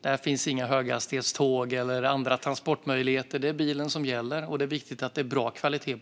Där finns inga höghastighetståg eller andra transportmöjligheter. Det är bilen som gäller, och det är viktigt att vägarna har bra kvalitet.